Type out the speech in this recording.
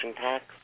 tax